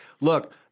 look